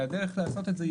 הדרך לעשות את זה,